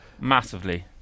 massively